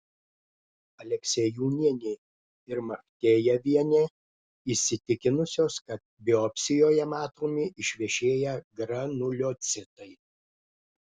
aleksiejūnienė ir machtejevienė įsitikinusios kad biopsijoje matomi išvešėję granuliocitai